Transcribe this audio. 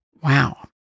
Wow